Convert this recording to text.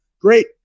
great